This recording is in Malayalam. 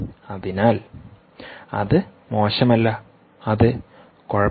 അതിനാൽ അത് മോശമല്ല അത് കുഴപ്പമില്ല